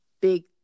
big